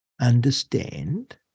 understand